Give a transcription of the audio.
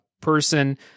person